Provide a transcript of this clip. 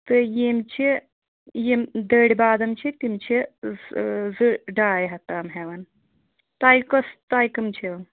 تہٕ یِم چھِ یِم دٔرۍ بادام چھِ تِم چھِٕ زٕ ڈاے ہَتھ تام ہٮ۪وان تۄہہِ کۄس تۄہہِ کٕم چھِو